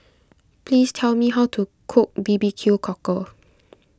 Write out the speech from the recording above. please tell me how to cook B B Q Cockle